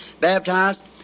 baptized